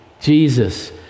Jesus